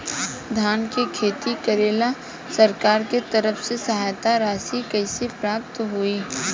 धान के खेती करेला सरकार के तरफ से सहायता राशि कइसे प्राप्त होइ?